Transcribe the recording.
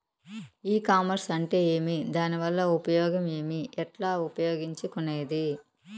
ఈ కామర్స్ అంటే ఏమి దానివల్ల ఉపయోగం ఏమి, ఎట్లా ఉపయోగించుకునేది?